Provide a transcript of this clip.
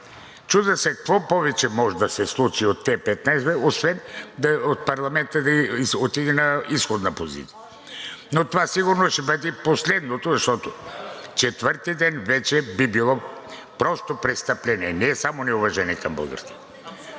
Чудя се какво повече може да се случи от тези 15 минути, освен парламентът да отиде на изходна позиция? Но това сигурно ще бъде последното, защото четвърти ден вече би било престъпление, не само неуважение към българския